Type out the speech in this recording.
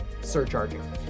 surcharging